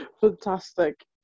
Fantastic